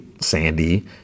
Sandy